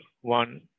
one